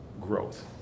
growth